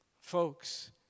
Folks